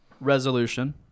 resolution